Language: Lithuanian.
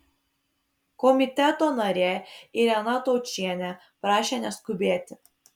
komiteto narė irena taučienė prašė neskubėti